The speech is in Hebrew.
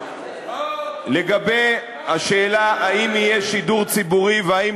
לגבי השאלה האם יהיה שידור ציבורי והאם